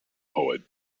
poet